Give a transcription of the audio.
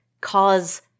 cause